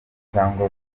cyangwa